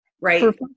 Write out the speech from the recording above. right